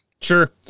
Sure